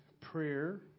prayer